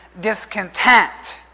discontent